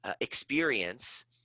experience